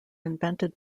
invented